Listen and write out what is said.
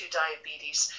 diabetes